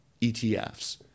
ETFs